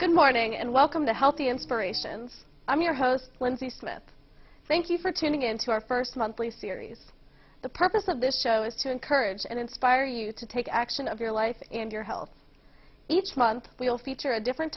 good morning and welcome to healthy inspirations i'm your host lindsey smith thank you for tuning in to our first monthly series the purpose of this show is to encourage and inspire you to take action of your life and your health each month we'll feature a different